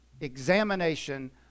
examination